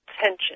tension